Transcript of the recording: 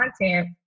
content